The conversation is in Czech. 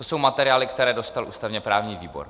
To jsou materiály, které dostal ústavněprávní výbor.